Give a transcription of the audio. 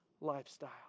lifestyle